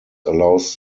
allows